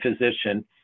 physician